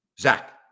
Zach